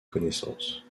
connaissance